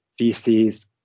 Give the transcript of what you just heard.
VCs